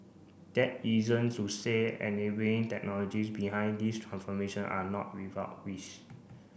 that isn't to say enabling technologies behind this transformation are not without risk